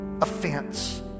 Offense